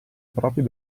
proprio